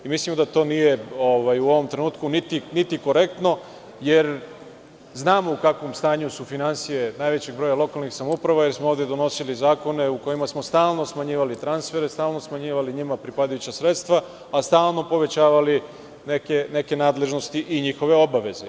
Mislimo da nije to u ovom trenutku niti korektno, jer znamo u kakvom stanju su finansije najvećeg broja lokalnih samouprava, jer smo ovde donosili zakone u kojima smo stalno smanjivali transfere, stalno smanjivali njima pripadajuća sredstva, a stalno povećavali neke nadležnosti i njihove obaveze.